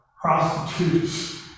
prostitutes